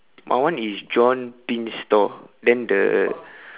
my one is john pin store then the